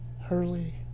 Hurley